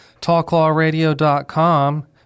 TalkLawRadio.com